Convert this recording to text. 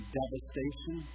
devastation